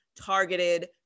targeted